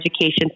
education